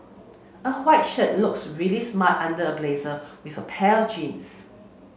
a white shirt looks really smart under a blazer with a pair of jeans